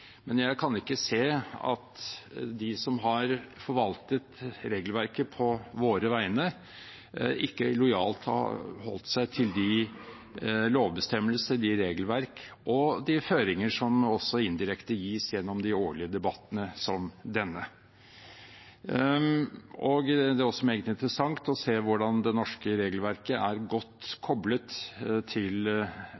Men jeg kan ikke se at de som har forvaltet regelverket på våre vegne, ikke lojalt har holdt seg til de lovbestemmelser, de regelverk og de føringer som også indirekte gis gjennom de årlige debattene som denne. Det er også meget interessant å se hvordan det norske regelverket også er godt